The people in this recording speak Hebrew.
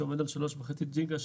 שעומד על שלוש וחצי ג'יגה,